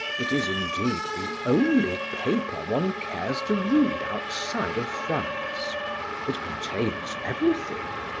it is indeed the only paper one cares to read outside of france it contains everything.